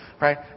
right